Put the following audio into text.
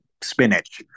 spinach